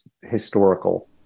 historical